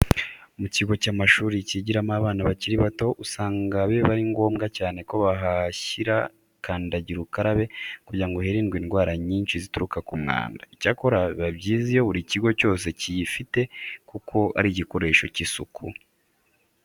Mu kigo cy'amashuri kigiramo abana bakiri bato usanga biba ari ngombwa cyane ko bahashyira kandagira ukarabe kugira ngo hirindwe indwara nyinshi zituruka ku mwanda. Icyakora biba byiza iyo buri kigo cyose kiyifite kuko ari igikoresho cy'isuku.